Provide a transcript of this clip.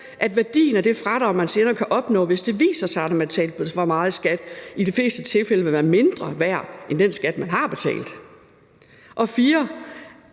at værdien af det fradrag, man senere kan opnå, hvis det viser sig, at man har betalt for meget i skat, i de fleste tilfælde vil være mindre værd end den skat, man har betalt, og